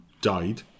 died